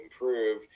improve